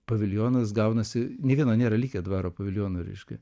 paviljonas gaunasi nė vieno nėra likę dvaro paviljono reiškia